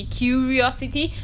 curiosity